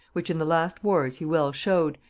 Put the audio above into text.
which in the last wars he well showed,